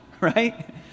right